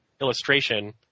illustration